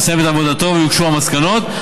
הוא מסיים את עבודתו ויוגשו המסקנות.